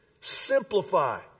Simplify